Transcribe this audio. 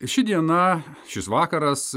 ši diena šis vakaras